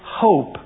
hope